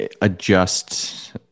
adjust